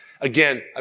Again